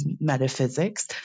metaphysics